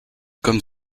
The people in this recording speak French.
comme